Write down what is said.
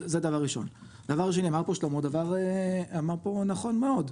דבר שני אמר פה שלמה דבר נכון מאוד: